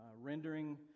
rendering